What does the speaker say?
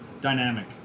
dynamic